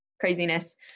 craziness